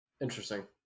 interesting